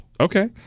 Okay